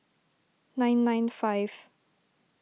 nine nine five